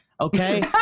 okay